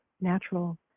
natural